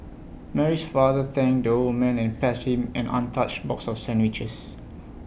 Mary's father thanked the old man and passed him an untouched box of sandwiches